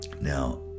now